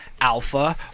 Alpha